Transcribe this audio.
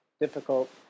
difficult